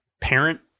parent